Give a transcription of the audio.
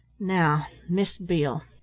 now miss beale,